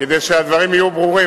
כדי שהדברים יהיו ברורים,